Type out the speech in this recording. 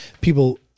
people